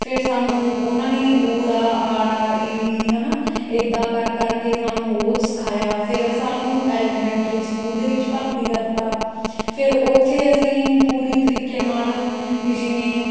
ਫਿਰ ਸਾਨੂੰ ਉਹਨਾਂ ਨੇ ੳ ਅ ੲ ਹੈ ਨਾ ਇੱਦਾਂ ਕਰ ਕਰਕੇ ਸਾਨੂੰ ਉਹ ਸਿਖਾਇਆ ਫਿਰ ਸਾਨੂੰ ਐਲੀਮੈਂਟਰੀ ਸਕੂਲ ਦੇ ਵਿੱਚ ਭਰਤੀ ਕਰਤਾ ਫਿਰ ਉੱਥੇ ਅਸੀਂ ਪੂਰੀ ਤਰੀਕੇ ਨਾਲ ਵੀ ਜਿਵੇਂ